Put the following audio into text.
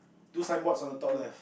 do signboards on the top left